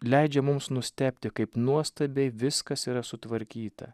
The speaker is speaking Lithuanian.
leidžia mums nustebti kaip nuostabiai viskas yra sutvarkyta